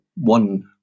one